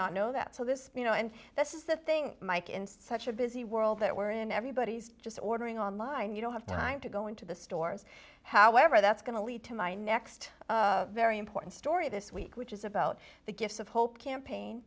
not know that so this you know and this is the thing mike in such a busy world that we're in everybody's just ordering online you don't have time to go into the stores however that's going to lead to my next very important story this week which is about the gifts of hope campaign